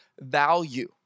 value